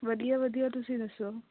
ਵਧੀਆ ਵਧੀਆ ਤੁਸੀਂ ਦੱਸੋ